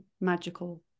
magical